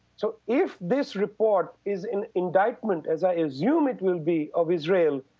so if this report is an indictment, as i assume it will be, of israel,